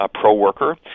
pro-worker